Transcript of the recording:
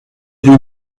rue